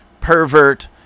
pervert